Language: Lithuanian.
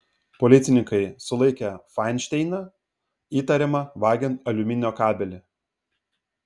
policininkai sulaikė fainšteiną įtariamą vagiant aliuminio kabelį